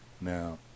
now